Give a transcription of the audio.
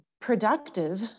productive